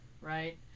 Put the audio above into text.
Right